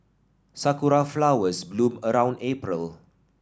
sakura flowers bloom around April